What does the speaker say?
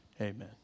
amen